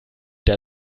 der